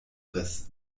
riss